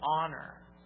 honor